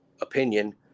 opinion